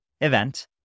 event